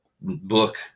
book